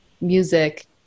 music